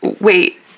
wait